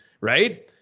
right